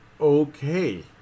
Okay